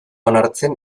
onartzen